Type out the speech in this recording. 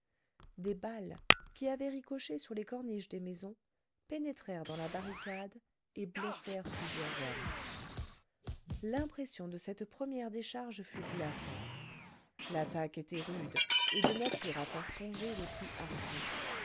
des balles qui avaient ricoché sur les corniches des maisons pénétrèrent dans la barricade et blessèrent plusieurs hommes l'impression de cette première décharge fut glaçante l'attaque était rude et de nature à faire songer les plus hardis